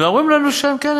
ואומרים לנו ש-כן,